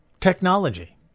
technology